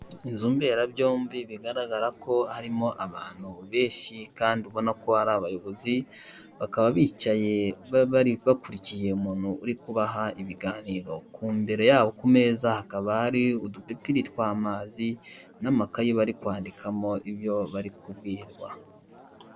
Inzumberabyombi bigaragara ko harimo abantu benshi kandi ubona ko ari abayobozi bakaba bicaye bari bakurikiye umuntu uri kubaha ibiganiro imbere yabo ku meza hakaba hari udupipiri tw'amazi, n'amakayi bari kwandikamo ibyo bari kubwirwa.